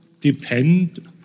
depend